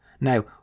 Now